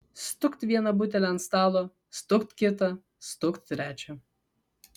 stukt vieną butelį ant stalo stukt kitą stukt trečią